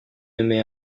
nommé